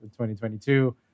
2022